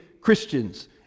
Christians